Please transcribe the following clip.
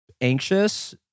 anxious